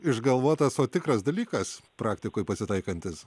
išgalvotas o tikras dalykas praktikoj pasitaikantis